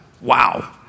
Wow